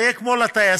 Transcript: זה יהיה כמו לטייסים,